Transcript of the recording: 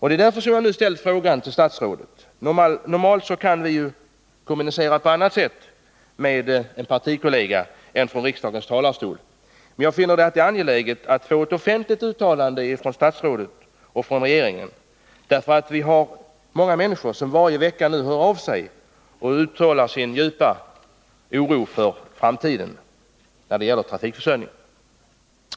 Det är därför jag ställt denna fråga till statsrådet. Normalt kan man ju kommunicera på annat sätt med en partikollega än från riksdagens talarstol. Men jag finner det angeläget att få ett offentligt uttalande från statsrådet och regeringen. Det är många människor som varje vecka hör av sig och uttalar sin djupa oro för framtiden när det gäller trafikförsörjningen.